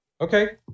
Okay